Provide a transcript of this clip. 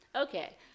Okay